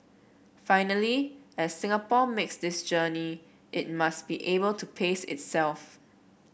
finally as Singapore makes this journey it must be able to pace itself